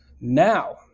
Now